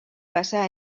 passà